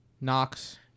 Knox